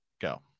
go